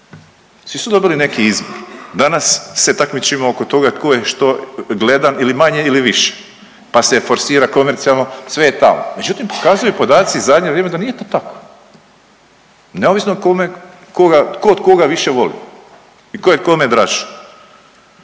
svi su dobili neki izbor. Danas se takmičimo oko toga tko što gleda ili manje ili više pa se forsira komercijalno, sve je tamo, međutim pokazuju podaci u zadnje vrijeme da nije to tako neovisno kome koga tko tkoga više voli i tko je kome draži.